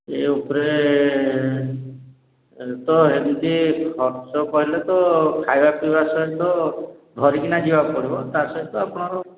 ଏଇ ଉପରେ ତ ଏମିତି ଖର୍ଚ୍ଚ କହିଲେ ତ ଖାଇବା ପିଇବା ସହିତ ଧରିକିନା ଯିବାକୁ ପଡ଼ିବ ତା' ସହିତ ଆପଣଙ୍କର